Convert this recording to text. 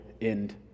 end